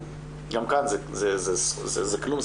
וגם כאן זה כלום,